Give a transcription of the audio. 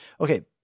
Okay